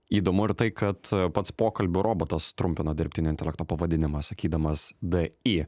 įdomu ir tai kad a pats pokalbio robotas trumpino dirbtinio intelekto pavadinimą sakydamas d i